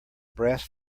brass